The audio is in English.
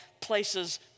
places